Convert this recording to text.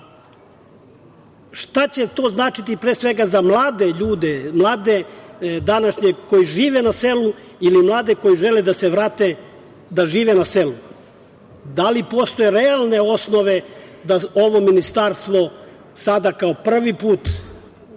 će to značiti, pre svega, za mlade ljude, mlade današnje koji žive na selu ili mlade koje žele da se vrate da žive na selu? Da li postoje realne osnove da ovo ministarstvo sada kao prvi put